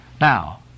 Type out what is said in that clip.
Now